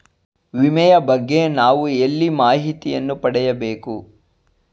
ವಿಮೆಯ ಬಗ್ಗೆ ನಾವು ಎಲ್ಲಿ ಮಾಹಿತಿಯನ್ನು ಪಡೆಯಬೇಕು?